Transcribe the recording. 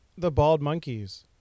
TheBaldMonkeys